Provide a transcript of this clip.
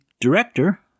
director